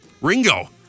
Ringo